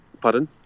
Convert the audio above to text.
Pardon